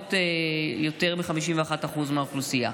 שמהוות יותר מ-51% מהאוכלוסייה.